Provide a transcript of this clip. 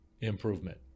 improvement